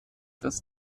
dass